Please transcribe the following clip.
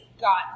got